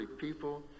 people